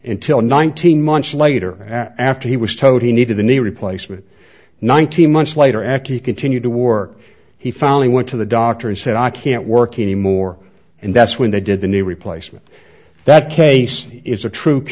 intil nineteen months later after he was towed he needed the knee replacement nineteen months later after he continued to work he found he went to the doctor and said i can't work anymore and that's when they did the new replacement that case is a troop